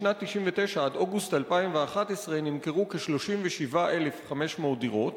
משנת 1999 עד אוגוסט 2011 נמכרו כ-37,500 דירות,